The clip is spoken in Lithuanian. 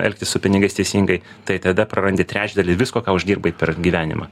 elgtis su pinigais teisingai tai tada prarandi trečdalį visko ką uždirbai per gyvenimą